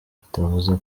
bitavuze